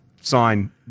sign